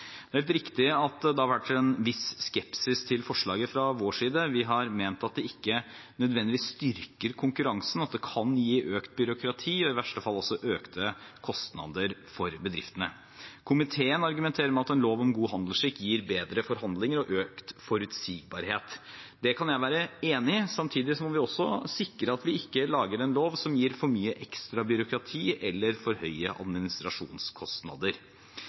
Det er helt riktig at det har vært en viss skepsis til forslaget fra vår side. Vi har ment at det ikke nødvendigvis styrker konkurransen, at det kan gi økt byråkrati, og i verste fall også økte kostnader for bedriftene. Komiteen argumenterer med at en lov om god handelsskikk gir bedre forhandlinger og økt forutsigbarhet. Det kan jeg være enig i, samtidig må vi også sikre at vi ikke lager en lov som gir for mye ekstra byråkrati eller for høye administrasjonskostnader.